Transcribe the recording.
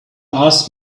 asked